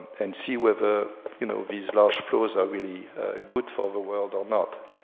and see whether you know these large flows are really good for the world or not.